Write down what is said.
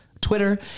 Twitter